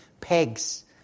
pegs